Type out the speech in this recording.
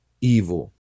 evil